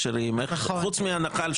כשאני אוכל ויהיה לי זמן להיערך לזה מראש,